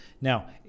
now